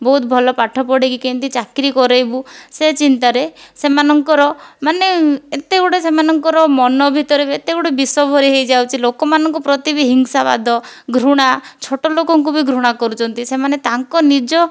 ବହୁତ ଭଲ ପାଠ ପଢ଼ାଇକି କେମିତି ଚାକିରି କରାଇବୁ ସେ ଚିନ୍ତାରେ ସେମାନଙ୍କର ମାନେ ଏତେଗୁଡ଼ିଏ ସେମାନଙ୍କର ମନ ଭିତରେ ବି ଏତେ ଗୁଡ଼ିଏ ବିଷ ଭରି ହୋଇଯାଉଛି ଲୋକମାନଙ୍କ ପ୍ରତି ବି ହିଂସାବାଦ ଘୃଣା ଛୋଟ ଲୋକଙ୍କୁ ବି ଘୃଣା କରୁଛନ୍ତି ସେମାନେ ତାଙ୍କ ନିଜ